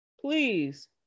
Please